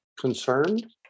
Concerned